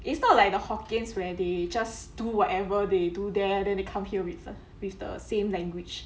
it's not like the hokkien's where they just do whatever they do there then they come here with a with the same language